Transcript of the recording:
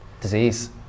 disease